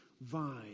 vine